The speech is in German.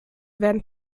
werden